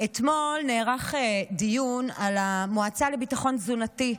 אתמול נערך דיון על המועצה לביטחון תזונתי,